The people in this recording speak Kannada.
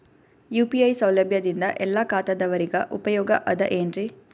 ಯು.ಪಿ.ಐ ಸೌಲಭ್ಯದಿಂದ ಎಲ್ಲಾ ಖಾತಾದಾವರಿಗ ಉಪಯೋಗ ಅದ ಏನ್ರಿ?